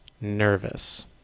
nervous